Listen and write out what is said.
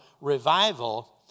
revival